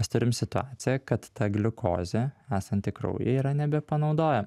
mes turim situaciją kad ta gliukozė esanti kraujyje yra nebepanaudoja